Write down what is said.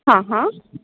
हां हां